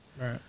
Right